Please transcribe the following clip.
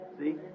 See